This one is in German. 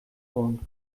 wohnt